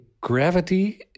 gravity